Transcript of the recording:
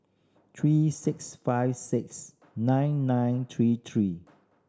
three six five six nine nine three three